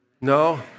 No